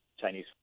Chinese